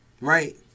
right